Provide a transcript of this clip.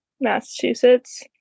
Massachusetts